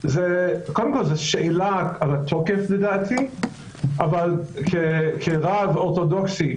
זה קודם כל שאלה לגבי התוקף, אבל כרב אורתודוקסי,